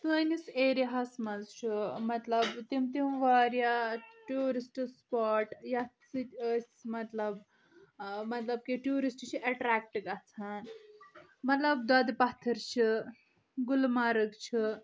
سٲنِس ایریا ہس منٛز چھُ مطلب تِم تِم واریاہ ٹیٚورسٹٕس سُپاٹ یتھ سۭتۍ أسۍ مطلب مطلب کہِ ٹیٚورسٹ چھِ ایٹریکٹ گژھان مطلب دۄدٕ پتھٕر چھِ گُلہٕ مرگ چھُ